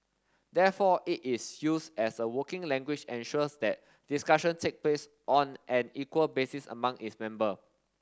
therefore it is use as a working language ensures that discussion take place on an equal basis among its member